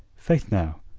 faith, now,